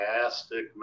fantastic